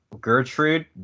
Gertrude